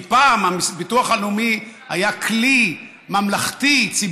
פעם הביטוח הלאומי היה כלי ממלכתי-ציבורי